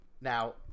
Now